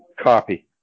copy